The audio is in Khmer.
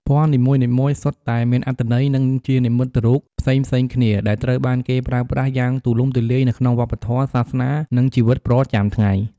ពណ៌នីមួយៗសុទ្ធតែមានអត្ថន័យ និងជានិមិត្តរូបផ្សេងៗគ្នា ដែលត្រូវបានគេប្រើប្រាស់យ៉ាងទូលំទូលាយនៅក្នុងវប្បធម៌ សាសនា និងជីវិតប្រចាំថ្ងៃ។